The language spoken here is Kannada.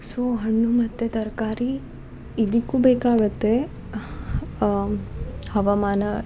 ಸೋ ಹಣ್ಣು ಮತ್ತು ತರಕಾರಿ ಇದಕ್ಕು ಬೇಕಾಗತ್ತೆ ಹವಮಾನ